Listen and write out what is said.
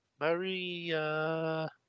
Maria